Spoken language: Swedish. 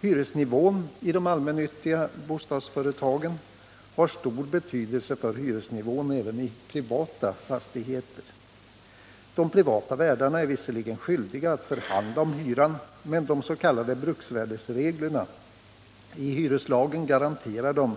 Hyresnivån i de allmännyttiga bostadsföretagen har stor betydelse för hyresnivån även i privata fastigheter. De privata värdarna är visserligen skyldiga att förhandla om hyran, men de s.k. bruksvärdesreglerna i hyreslagen garanterar dem